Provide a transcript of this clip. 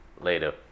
Later